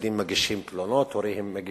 הילדים מגישים תלונות,